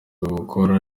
gukora